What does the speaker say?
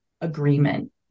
agreement